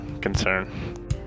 concern